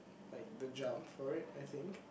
like the jump for it I think